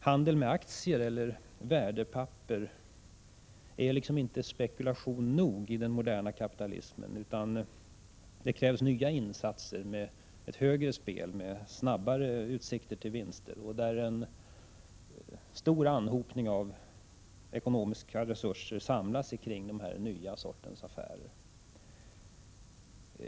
Handel med aktier eller värdepapper är inte spekulation nog i den moderna kapitalismen, utan det krävs nya insatser med ett högre spel med snabbare utsikter till vinster och där en stor anhopning av ekonomiska resurser samlas kring denna nya sorts affär.